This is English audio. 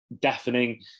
deafening